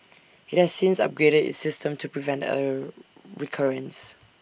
IT has since upgraded its system to prevent A recurrence